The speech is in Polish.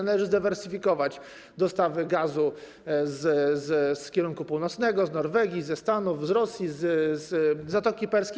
Należy zdywersyfikować dostawy gazu z kierunku północnego, z Norwegii, ze Stanów, z Rosji, z Zatoki Perskiej.